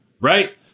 right